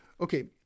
Okay